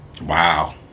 Wow